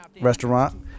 restaurant